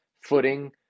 footing